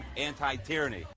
anti-tyranny